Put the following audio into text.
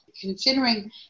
considering